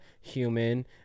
human